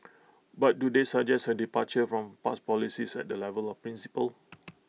but do they suggest A departure from past policies at the level of principle